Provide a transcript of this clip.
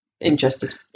interested